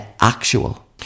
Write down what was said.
actual